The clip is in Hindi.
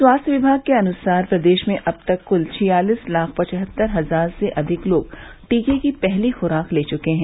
स्वास्थ्य विभाग के अनुसार प्रदेश में अब तक कुल छियालीस लाख पचहत्तर हजार से अधिक लोग टीके की पहली खुराक ले चुके हैं